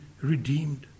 redeemed